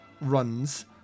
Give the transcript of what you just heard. runs